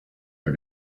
are